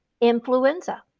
influenza